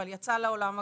אבל יצא לעולם הגדול.